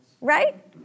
Right